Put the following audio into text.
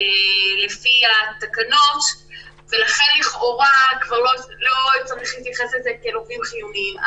לפי התקנות ולכן לכאורה כבר לא צריך להתייחס לזה כאל עובדים חיוניים.